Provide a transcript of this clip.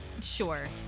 sure